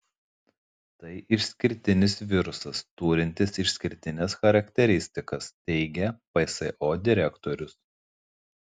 tai išskirtinis virusas turintis išskirtines charakteristikas teigia pso direktorius